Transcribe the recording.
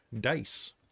dice